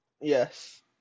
Yes